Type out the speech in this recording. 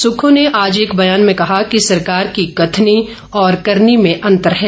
सुक्खू ने आज एक बयान में कहा कि सरकार की कथनी और करनी में अन्तर है